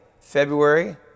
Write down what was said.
February